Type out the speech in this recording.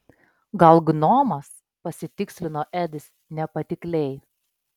gal gnomas pasitikslino edis nepatikliai